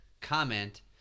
Comment